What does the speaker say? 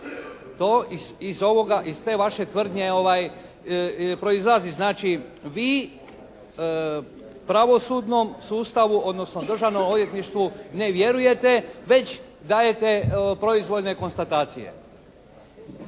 iz te vaše tvrdnje proizlazi. Znači, vi pravosudnom sustavu odnosno državnom odvjetništvu ne vjerujete već dajete proizvoljne konstatacije.